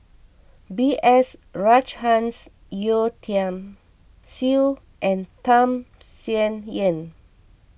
B S Rajhans Yeo Tiam Siew and Tham Sien Yen